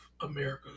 America